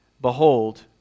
Behold